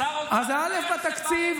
איך זה בא לידי ביטוי בתקציב?